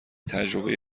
تجربه